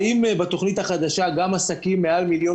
האם בתוכנית החדשה גם העסקים מעל 1.5 מיליון